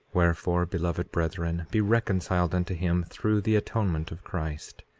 wherefore, beloved brethren, be reconciled unto him through the atonement of christ,